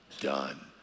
done